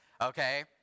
okay